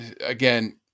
Again